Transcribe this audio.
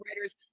writers